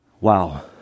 Wow